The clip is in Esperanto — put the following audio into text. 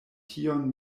tion